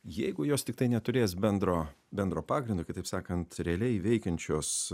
jeigu jos tiktai neturės bendro bendro pagrindo kitaip sakant realiai veikiančios